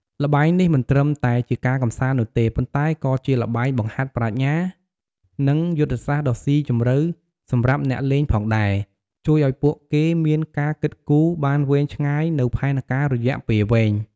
ល្បែងនេះមិនត្រឹមតែជាការកម្សាន្តនោះទេ ប៉ុន្តែក៏ជាល្បែងបង្ហាត់ប្រាជ្ញា និងយុទ្ធសាស្ត្រដ៏ស៊ីជម្រៅសម្រាប់អ្នកលេងផងដែរ ជួយឱ្យពួកគេមានការគិតគូរបានវែងឆ្ងាយនូវផែនការរយៈពេលវែង។